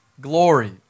glory